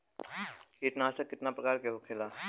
कीटनाशक कितना प्रकार के होखेला?